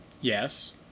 Yes